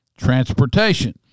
Transportation